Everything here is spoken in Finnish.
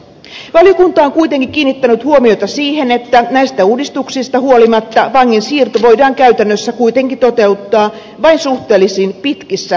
valiokunta on kuitenkin kiinnittänyt huomiota siihen että näistä uudistuksista huolimatta vangin siirto voidaan käytännössä kuitenkin toteuttaa vain suhteellisen pitkissä vankeusrangaistuksissa